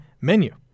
menu